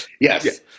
Yes